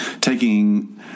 taking